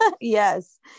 yes